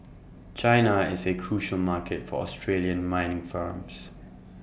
China is A crucial market for Australian mining firms